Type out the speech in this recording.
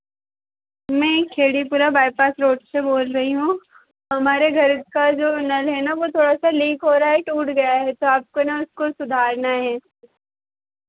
मैं Kheripura bypass road से बोल रही हूँ हमारे घर का जो नल है ना वो थोड़ा सा लीक हो रहा है टूट गया है तो आपको ना उसको सुधारना है